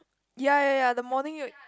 ya ya ya the morning you